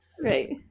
right